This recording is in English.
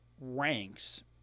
ranks